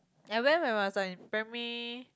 I went when I was in primary